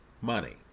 money